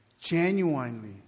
genuinely